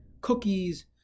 cookies